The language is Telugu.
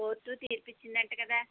కోర్టు తీర్పు ఇచ్చింది అంట కదా